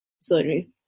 sorry